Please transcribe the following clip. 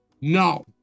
No